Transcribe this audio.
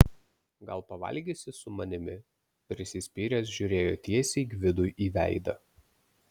gal pavalgysi su manimi prisispyręs žiūrėjo tiesiai gvidui į veidą